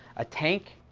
a tank.